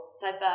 diverse